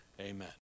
Amen